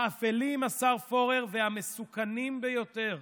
האפלים, השר פורר, והמסוכנים ביותר,